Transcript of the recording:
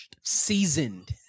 seasoned